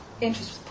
interest